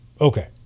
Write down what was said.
Okay